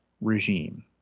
regime